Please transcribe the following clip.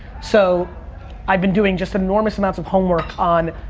so i've been doing just enormous amounts of homework on,